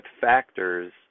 factors